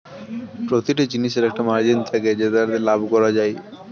প্রতিটি জিনিসের একটা মার্জিন থাকে যেটাতে লাভ করা যায়